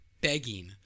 begging